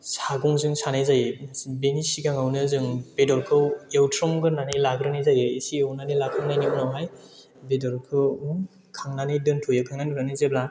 सागंजों सानाय जायो बेनि सिगाङावनो जों बेदरखौ एवथ्रमगोरनानै लाग्नोनाय जायो एसे एवनानै लाखांनायनि उनावहाय बेदरखौ खांनानै दोनथ'यो खांनानै दोननानै जेब्ला